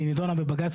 והיא נידונה בבג"ץ,